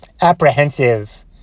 apprehensive